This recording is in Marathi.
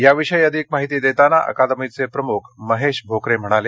याविषयी अधिक माहिती देताना अकादमीचे प्रमुख महेश भोकरे म्हणाले